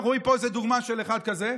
אנחנו רואים פה איזו דוגמה של אחד כזה,